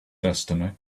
destiny